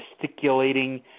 gesticulating